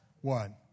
one